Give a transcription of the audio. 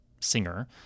singer